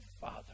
Father